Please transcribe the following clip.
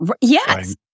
Yes